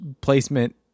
placement